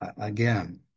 again